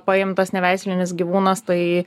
paimtas neveislinis gyvūnas tai